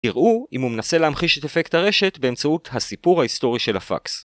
תראו אם הוא מנסה להמחיש את אפקט הרשת באמצעות הסיפור ההיסטורי של הפקס.